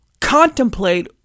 contemplate